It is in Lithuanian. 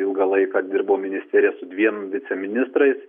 ilgą laiką dirbo ministerija su dviem viceministrais